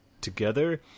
together